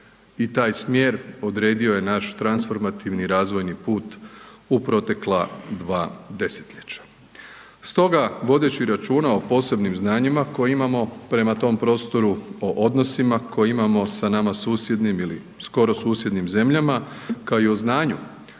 i taj smjer odredio je naš transformativni razvojni put u protekla dva desetljeća. Stoga vodeći računa o posebnim znanjima koja imamo prema tom prostoru, o odnosima koje imamo sa nama susjednim ili skoro susjednim zemljama, kao i o znanju